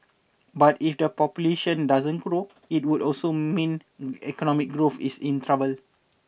but if the population doesn't grow it would also mean economic growth is in trouble